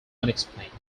unexplained